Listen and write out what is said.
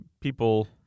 people